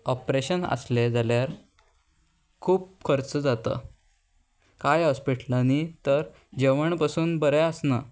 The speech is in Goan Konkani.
ऑपरेशन आसलें जाल्यार खूब खर्च जाता कांय हॉस्पिटलांनी तर जेवण पसून बरें आसना